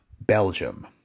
Belgium